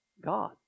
God